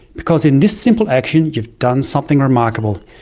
because in this simple action you've done something remarkable.